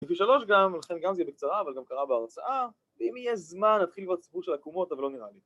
לפי שלוש, לכן גם זה יהיה בקצרה, אבל גם קרה בהרצאה, ואם יהיה זמן, נתחיל כבר סיפור של עקומות, אבל לא נראה לי